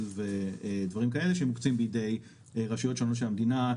ודברים כאלה שמוקצים בידי רשויות שונות של המדינה;